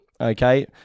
Okay